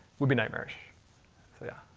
would be nightmarish. so yeah.